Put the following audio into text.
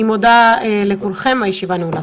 אני מודה לכולכם, הישיבה נעולה.